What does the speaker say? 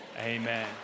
amen